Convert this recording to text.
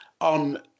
On